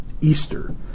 Easter